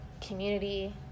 community